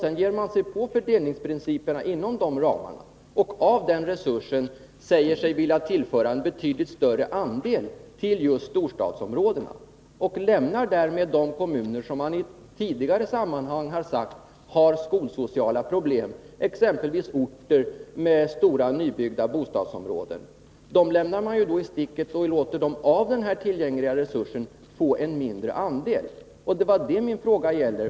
Sedan ger man sig på fördelningsprinciperna inom de ramarna och säger sig av den resursen vilja föra en betydligt större andel till storstadsområdena. Därmed lämnar man de kommuner i sticket som man i tidigare sammanhang sagt har skolsociala problem, exempelvis orter med stora, nybyggda bostadsområden, och låter dem av den tillgängliga resursen få en mindre andel. Det var det min fråga gällde.